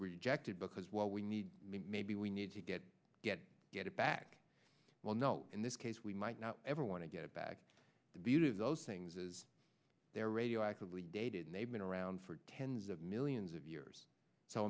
rejected because well we need maybe we need to get get get it back well no in this case we might not ever want to get back the beauty of those things is there radioactively dated and they've been around for tens of millions of years so